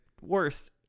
worst